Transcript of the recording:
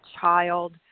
child